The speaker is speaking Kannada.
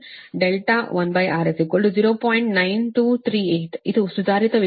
9238 ಇದು ಸುಧಾರಿತ ವಿದ್ಯುತ್ ಅಂಶವಾಗಿದೆ